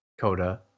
CODA